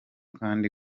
kandi